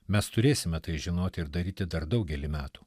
mes turėsime tai žinoti ir daryti dar daugelį metų